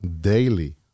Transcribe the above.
daily